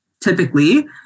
typically